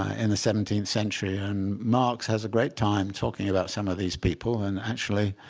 and the seventeenth century. and marx has a great time talking about some of these people. and actually,